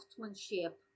craftsmanship